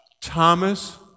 Thomas